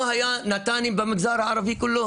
לא היו ניידות טיפול נמרץ במגזר הערבי כולו.